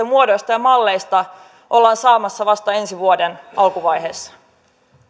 muodoista ja malleista ollaan saamassa vasta ensi vuoden alkuvaiheessa